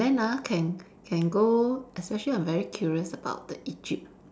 and then ah can can go especially I'm very curious about the Egypt